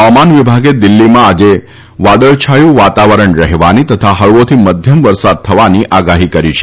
હવામાન વિભાગે દિલ્હીમાં આજે વાદળછાયું વાતાવરણ રહેવાની તથા હળવોથી મધ્યમ વરસાદ થવાની આગાહી કરી છે